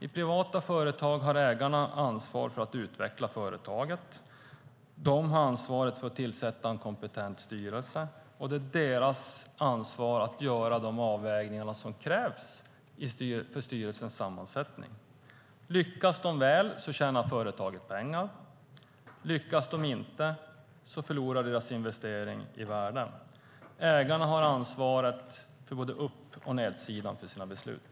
I privata företag har ägarna ansvar för att utveckla företaget, de har ansvaret för att tillsätta en kompetent styrelse och det är deras ansvar att göra de avvägningar som krävs för styrelsens sammansättning. Lyckas de väl tjänar företaget pengar. Lyckas de inte förlorar deras investering i värde. Ägarna har ansvaret för både upp och nedsidan av sina beslut.